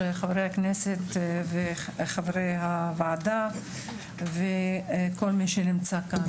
חברי הכנסת וחברי הוועדה וכל מי שנמצא כאן.